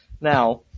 Now